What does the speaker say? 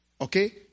Okay